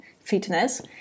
Fitness